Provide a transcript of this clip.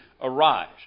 arise